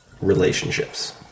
relationships